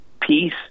peace